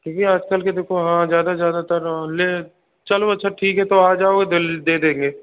देखिए आज कल के देखो हाँ ज़्यादा ज़्यादातर ले चलो अच्छा ठीक है तो आ जाओ जल्द दे देंगे